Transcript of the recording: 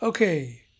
Okay